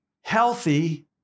healthy